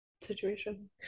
situation